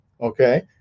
Okay